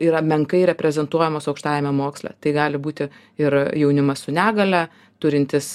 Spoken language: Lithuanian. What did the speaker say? yra menkai reprezentuojamos aukštajame moksle tai gali būti ir jaunimas su negalia turintis